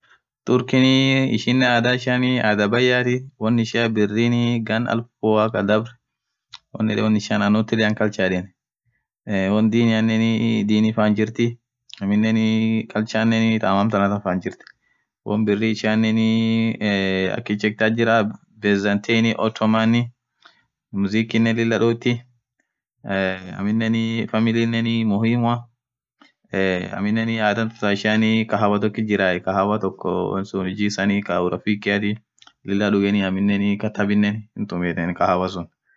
Turken adhaa ishian adhaa bayathi won ishian birri ghan elfu ghaa dhabreee won yedhen won ishia won diniane dini fanjirthi aminen culture thaa amtan fann jirthu won birri ishianen eee akhijector jira bezantin ottomaa mzikiinen lilah dhotthii eee familinen muhimua eee ameninenn adha tunn taaa ishia kahawa tokoti jira kahawa toko huji isaani kahawa rafikiathi lila dhugheni aminen kathabinen hutumetheni kahawa suun